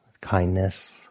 Kindness